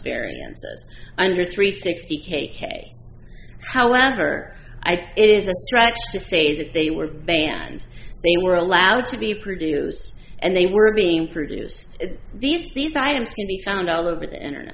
very under three sixty k k however i think it is a stretch to say that they were banned they were allowed to be produce and they were being produced these these items can be found all over the internet